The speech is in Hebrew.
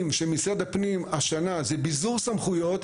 של משרד הפנים השנה זה ביזור סמכויות,